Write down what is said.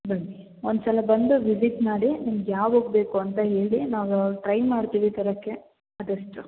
ಬನ್ನಿ ಒಂದು ಸಲ ಬಂದು ವಿಸಿಟ್ ಮಾಡಿ ನಿಮ್ಗೆ ಯಾವ ಬುಕ್ ಬೇಕು ಅಂತ ಹೇಳಿ ನಾವು ಟ್ರೈ ಮಾಡ್ತೀವಿ ತರೋಕ್ಕೆ ಅದಷ್ಟು